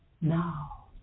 now